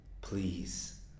Please